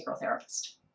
therapist